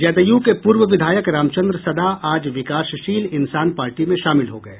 जदयू के पूर्व विधायक रामचंद्र सदा आज विकासशील इंसान पार्टी में शामिल हो गये